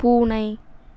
பூனை